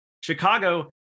Chicago